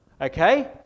Okay